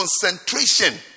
concentration